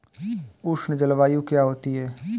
उष्ण जलवायु क्या होती है?